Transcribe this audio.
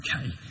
okay